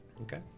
Okay